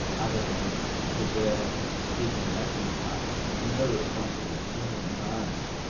other than preserved sleeping-waking cycles, but no responsiveness to her environment.